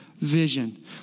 vision